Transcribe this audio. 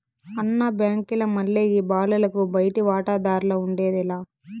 అన్న, బాంకీల మల్లె ఈ బాలలకు బయటి వాటాదార్లఉండేది లా